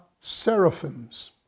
seraphims